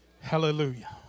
Hallelujah